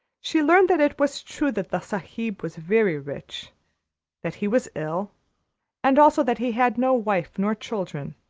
she learned that it was true that the sahib was very rich that he was ill and also that he had no wife nor children,